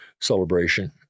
celebration